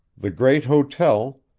the great hotel,